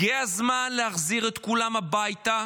הגיע הזמן להחזיר את כולם הביתה,